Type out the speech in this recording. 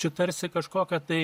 čia tarsi kažkokia tai